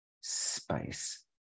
space